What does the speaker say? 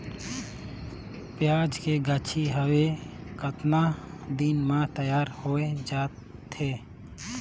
पियाज के गाछी हवे कतना दिन म तैयार हों जा थे?